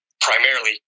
primarily